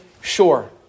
Sure